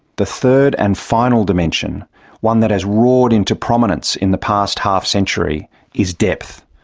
the third and final dimension one that has roared into prominence in the past half-century is depth,